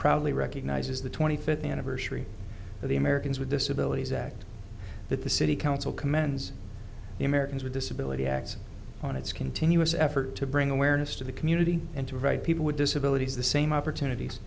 proudly recognizes the twenty fifth anniversary of the americans with disabilities act that the city council commence the americans with disability act on its continuous effort to bring awareness to the community and to write people with disabilities the same opportunities